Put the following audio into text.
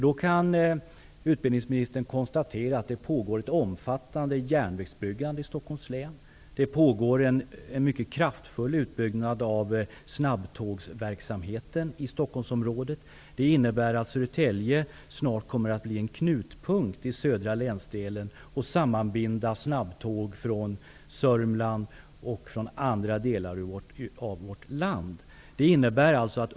Då kan utbildningsministern se att det här pågår bl.a. ett omfattande järnvägsbyggande och en mycket kraftig utbyggnad av snabbtågsverksamheten. Det betyder att Södertälje snart kommer att vara en knutpunkt i södra länsdelen, där snabbtåg från Sörmland och andra delar av landet kommer att sammanbindas.